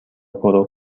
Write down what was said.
پرو